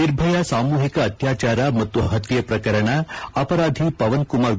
ನಿರ್ಭಯಾ ಸಾಮೂಹಿಕ ಅತ್ಯಾಚಾರ ಮತ್ತು ಹತ್ಯೆ ಪ್ರಕರಣ ಅಪರಾಧಿ ಪವನ್ಕುಮಾರ್ ಳು